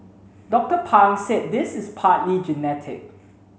Doctor Pang said this is partly genetic